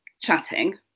chatting